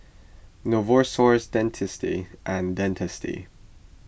Novosource Dentiste and Dentiste